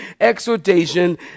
exhortation